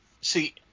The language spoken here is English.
See